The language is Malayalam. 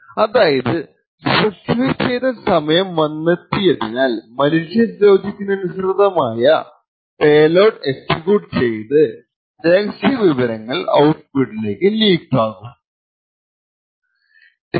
അതായതു സ്പെസിഫൈ ചെയ്ത സമയം വന്നെത്തി യതിനാൽ മലീഷ്യസ് ലോജിക്കിനുസൃതമായ പേലോഡ് എക്സിക്യൂട്ട് ചെയ്ത് രഹസ്യ വിവരങ്ങൾ ഔട്ട്പുട്ട്ലേക്ക് ലീക്ക് ആകുകയും ചെയ്യും